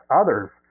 others